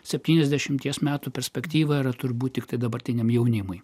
septyniasdešimties metų perspektyva yra turbūt tiktai dabartiniam jaunimui